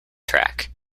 track